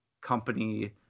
company